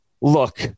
Look